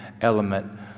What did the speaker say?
element